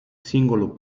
singolo